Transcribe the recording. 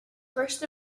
first